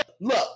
Look